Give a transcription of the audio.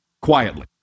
quietly